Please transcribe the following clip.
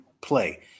play